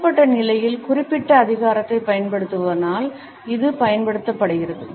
கொடுக்கப்பட்ட நிலையில் குறிப்பிட்ட அதிகாரத்தைப் பயன்படுத்துபவர்களால் இது பயன்படுத்தப்படுகிறது